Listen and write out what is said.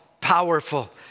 powerful